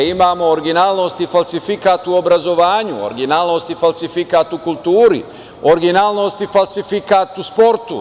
Imamo originalnost i falsifikat u obrazovanju, original i falsifikat u kulturi, original i falsifikat u sportu.